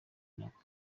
nako